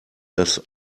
das